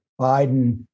Biden